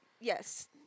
Yes